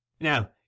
Now